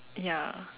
ya